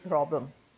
problem